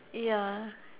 ya